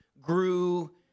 grew